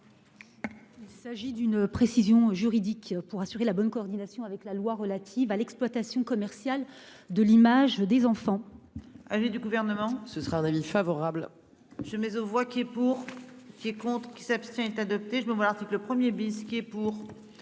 Il s'agit d'une précision juridique pour assurer la bonne coordination avec la loi relative à l'exploitation commerciale de l'image des enfants.